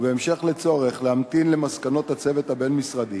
ובהמשך לצורך להמתין למסקנות הצוות הבין-משרדי,